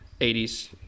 80s